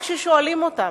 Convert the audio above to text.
רק כששואלים אותם,